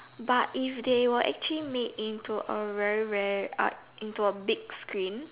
but if they where actually made into very rare into a big screen